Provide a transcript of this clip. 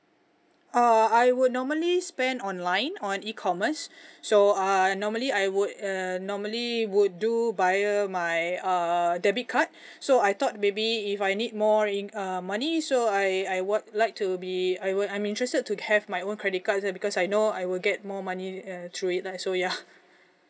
uh I would normally spend online on E commerce so uh normally I would err normally would do via my err debit card so I thought maybe if I need more in~ uh money so I I want like to be I would I'm interested to have my own credit card because I know I will get more money uh through it lah so ya